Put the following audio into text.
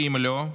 כי אם לא,